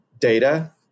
data